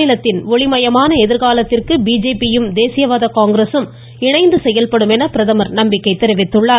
மாநிலத்தின் ஒளிமயமான எதிர்காலத்திற்கு பிஜேபியும் தேசியவாத காங்கிரஸும் இணைந்து செயல்படும் என பிரதமர் நம்பிக்கை தெரிவித்துள்ளார்